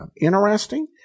interesting